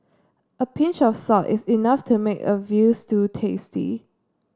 a pinch of salt is enough to make a veal stew tasty